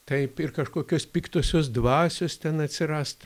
taip ir kažkokios piktosios dvasios ten atsirast